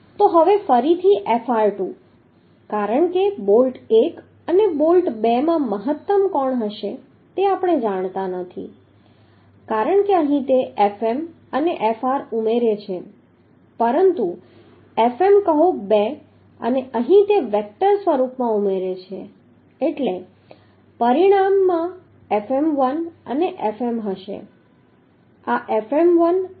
તો હવે ફરીથી Fr2 કારણ કે બોલ્ટ 1 અને બોલ્ટ 2 માં મહત્તમ કોણ હશે કે તે આપણે જાણતા નથી કારણ કે અહીં તે Fm અને Fr ઉમેરે છે પરંતુ Fm કહો 2 અને અહીં તે વેક્ટર સ્વરૂપમાં ઉમેરે છે એટલે પરિણામમાં તે Fm1 અને Fm હશે